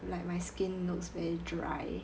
like my skin looks very dry